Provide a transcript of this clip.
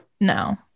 no